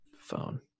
phone